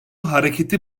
hareketi